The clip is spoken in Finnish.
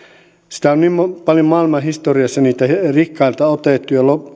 sitä on niin paljon maailmanhistoriassa niiltä rikkailta otettu